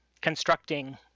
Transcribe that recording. constructing